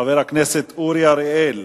חבר הכנסת אורי אריאל,